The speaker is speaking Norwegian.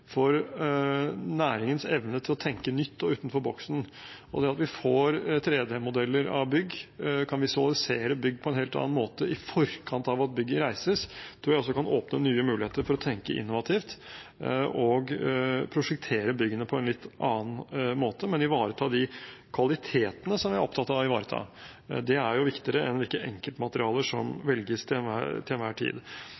for næringens evne til å tenke nytt og utenfor boksen. At vi får 3D-modeller av bygg og kan visualisere bygg på en helt annen måte i forkant av at bygget reises, tror jeg også kan åpne nye muligheter for å tenke innovativt og prosjektere byggene på en litt annen måte, men ivareta de kvalitetene som vi er opptatt av å ivareta. Det er viktigere enn hvilke enkeltmaterialer som